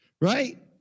Right